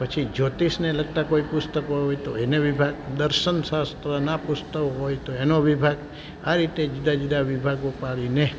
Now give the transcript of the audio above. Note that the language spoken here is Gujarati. પછી જ્યોતિષને લગતા કોઈ પુસ્તકો હોય તો એને વિભાગ દર્શન શાસ્ત્રના પુસ્તક હોય તો એનો વિભાગ આ રીતે જુદા જુદા વિભાગો પાડીને